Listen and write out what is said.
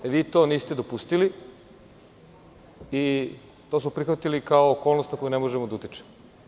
Vi to niste dopustili i to smo prihvatili kao okolnost na koju ne možemo da utičemo.